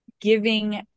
giving